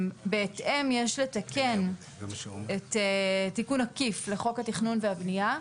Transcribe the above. בהתאם יש לתקן תיקון עקיף לחוק התכנון והבנייה,